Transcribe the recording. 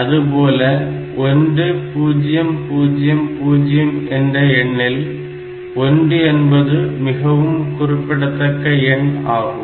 அதுபோல 1000 என்ற எண்ணில் 1 என்பது மிகவும் குறிப்பிடத்தக்க எண் ஆகும்